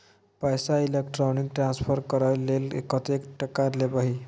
पैसा electronic transfer करय लेल कतेक टका लेबही